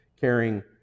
caring